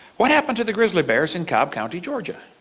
what happened to the grizzly bears in cobb county, georgia?